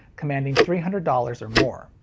commanding three hundred dollars or more.